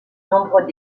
nombreux